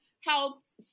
helped